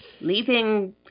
leaving